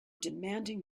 demanding